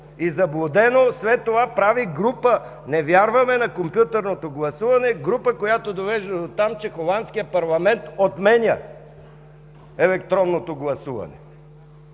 и заблудено, след това прави група „Не вярваме на компютърното гласуване”, която довежда дотам, че холандският парламент отменя електронното гласуване.